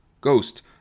Ghost